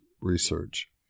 research